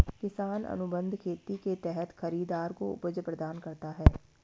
किसान अनुबंध खेती के तहत खरीदार को उपज प्रदान करता है